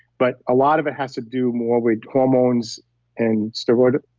but a lot of it has to do more with hormones and steroid.